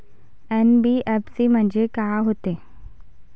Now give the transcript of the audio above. NBFC म्हणजे का होते?